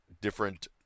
different